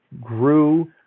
grew